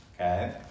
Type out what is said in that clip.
Okay